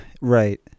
Right